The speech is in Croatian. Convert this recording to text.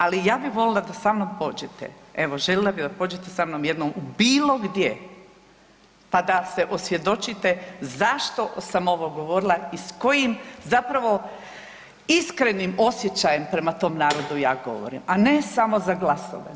Ali ja bih volila da sa mnom pođete, evo željela bih da pođete sa mnom jednom bilo gdje, pa da se osvjedočite zašto sam ovo govorila i sa kojim zapravo iskrenim osjećajem prema tom narodu ja govorim, a ne samo za glasove.